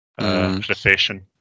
profession